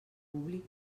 públic